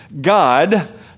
God